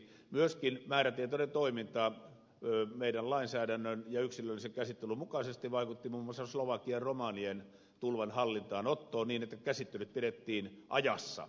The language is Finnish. myöskin määrätietoinen toiminta lainsäädäntömme ja yksilöllisen käsittelyn mukaisesti vaikutti muun muassa slovakian romanien tulvan hallintaan ottoon niin että käsittelyt pidettiin ajallaan